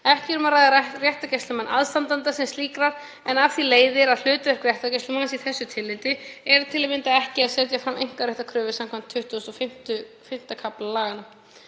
Ekki er um að ræða réttargæslumann aðstandenda sem slíkra en af því leiðir að hlutverk réttargæslumanns í þessu tilliti er til að mynda ekki að setja fram einkaréttarkröfu samkvæmt XXVI. kafla laganna.